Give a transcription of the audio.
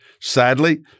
Sadly